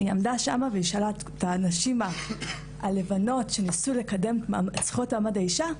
היא עמדה שם ושאלה את הנשים הלבנות שניסו לקדם את זכות מעמד האישה,